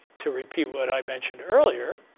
to repeat what i mentioned earlier,